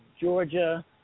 Georgia